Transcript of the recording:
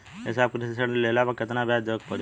ए साहब कृषि ऋण लेहले पर कितना ब्याज देवे पणी?